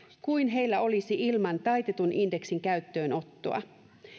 kuin heillä olisi ilman taitetun indeksin käyttöönottoa